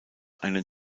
einen